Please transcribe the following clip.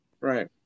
Right